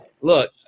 look